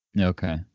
Okay